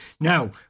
Now